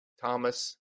Thomas